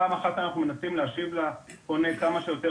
פעם אחת אנחנו מנסים להשיב לפונה כמה שיותר